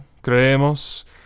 creemos